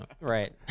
right